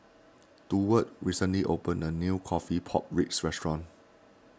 Durward recently opened a new Coffee Pork Ribs Restaurant